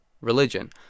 religion